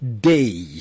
day